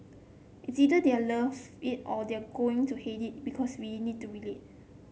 it's either they're love it or they are going to hate it because we need to relate